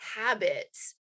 habits